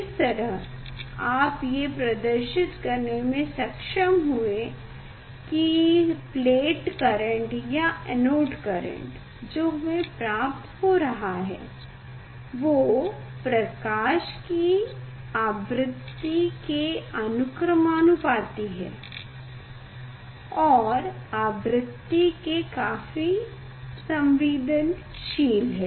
इस तरह आप ये प्रदर्शित करने में सक्षम हुए कि प्लेट करेंट या एनोड करेंट जो हमें प्राप्त हो रहा है वो प्रकाश की आवृति के अनुक्रमानुपाती है और आवृति के काफी संवेदनशील हैं